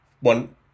one